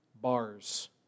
bars